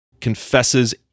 confesses